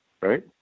right